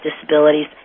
disabilities